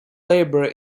labour